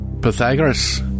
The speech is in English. Pythagoras